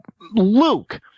Luke